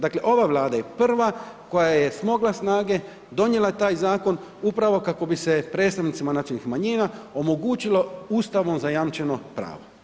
Dakle, ova Vlada je prva koja je smogla snage, donijela taj zakon upravo kako bi se predstavnicima nacionalnih manjina omogućilo ustavom zajamčeno pravo.